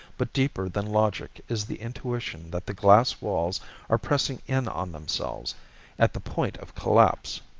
but deeper than logic is the intuition that the glass walls are pressing in on themselves at the point of collapse.